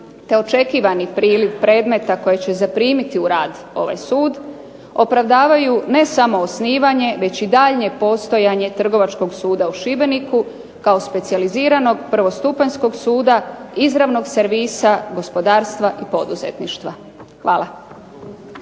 te očekivani priliv predmeta koje će zaprimiti u rad ovaj sud opravdavaju ne samo osnivanje već i daljnje postojanje Trgovačkog suda u Šibeniku kao specijaliziranog prvostupanjskog suda izravnog servisa gospodarstva i poduzetništva. Hvala.